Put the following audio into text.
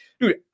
Dude